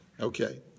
Okay